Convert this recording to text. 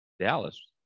dallas